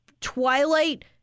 Twilight